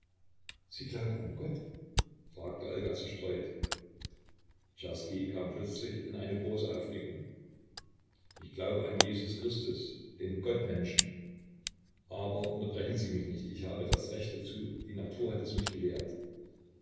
sie glauben an gott fragte olga zerstreut czerski kam plötzlich in eine große aufregung ich glaube an jesus christus den gottmenschen aber unterbrechen sie mich nicht ich habe das recht dazu die natur hat es mich gelehrt